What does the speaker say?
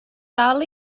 dal